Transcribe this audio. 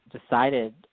decided